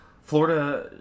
Florida